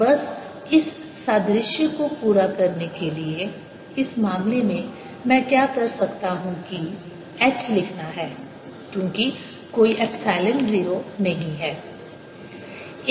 बस इस सादृश्य को पूरा करने के लिए इस मामले में मैं क्या कर सकता हूं कि H लिखना है क्योंकि कोई एप्सिलॉन 0 नहीं है